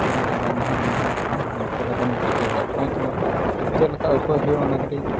ᱛᱤᱱᱟᱹᱜ ᱜᱟᱱ ᱱᱟᱦᱟᱜ ᱢᱮᱱᱟᱜ ᱠᱚᱣᱟ ᱩᱱᱠᱩ ᱫᱚ ᱵᱟᱹᱞᱤᱧ ᱴᱷᱤᱠᱟᱹ ᱟᱠᱟᱫ ᱠᱚᱣᱟ ᱛᱳ ᱪᱮᱫ ᱞᱮᱠᱟ ᱩᱯᱟᱹᱭ ᱦᱩᱭᱩᱜᱼᱟ ᱚᱱᱟ ᱠᱟᱹᱴᱤᱡ